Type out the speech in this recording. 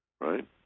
Right